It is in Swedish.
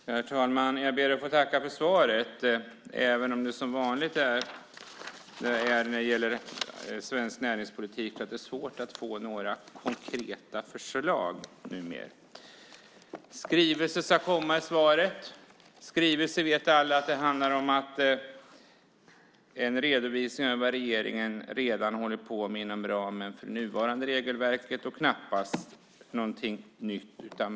Herr talman! Jag ber att få tacka för svaret, även om det är som vanligt när det gäller svensk näringspolitik. Det är svårt att få några konkreta förslag. Det ska komma en skrivelse enligt svaret. Alla vet att en skrivelse handlar om en redovisning av vad regeringen redan håller på med inom ramen för nuvarande regelverk och knappast någonting nytt.